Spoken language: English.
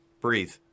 Breathe